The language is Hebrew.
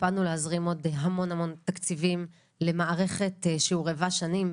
הקפדנו להזרים עוד המון המון תקציבים למערכת שהורעבה שנים,